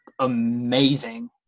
amazing